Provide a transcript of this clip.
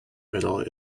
middle